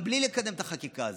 גם בלי לקדם את החקיקה הזאת,